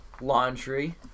Laundry